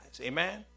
amen